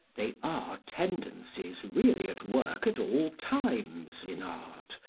they are tendencies really at work at all times in art,